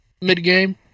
mid-game